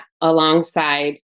alongside